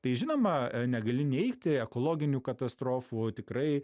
tai žinoma negali neigti ekologinių katastrofų tikrai